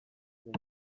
ginen